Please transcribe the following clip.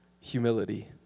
humility